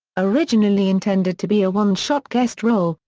originally intended to be a one-shot guest role,